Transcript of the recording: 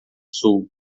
sul